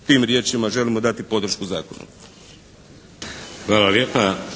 tim riječima želimo dati podršku zakonu. **Šeks,